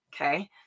Okay